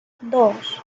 dos